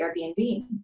Airbnb